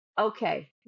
okay